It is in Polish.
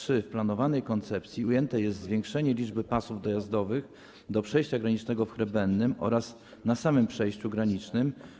Czy w planowanej koncepcji ujęte jest zwiększenie liczby pasów dojazdowych do przejścia granicznego w Hrebennem oraz na samym przejściu granicznym?